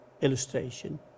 illustration